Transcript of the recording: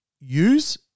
use